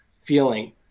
feeling